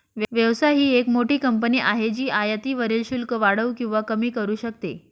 व्यवसाय ही एक मोठी कंपनी आहे जी आयातीवरील शुल्क वाढवू किंवा कमी करू शकते